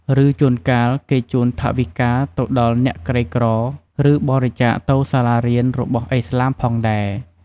ឬ ជួនកាល គេជូនថវិកាទៅដល់អ្នកក្រីក្រ ឬ បរិច្ចាកទៅសាលារៀនរបស់ឥស្លាមផងដែរ។